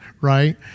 right